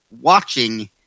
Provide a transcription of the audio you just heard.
watching